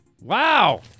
Wow